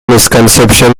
misconception